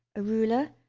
a ruler